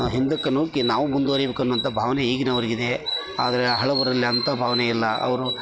ಹಿಂದಕ್ಕೆ ನೂಕಿ ನಾವು ಮುಂದ್ವರಿಬೇಕು ಎನ್ನುವಂತ ಭಾವನೆ ಈಗಿನವರಿಗಿದೆ ಆದರೆ ಹಳಬರಲ್ಲಿ ಅಂತ ಭಾವನೆ ಇಲ್ಲ ಅವರು